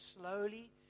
slowly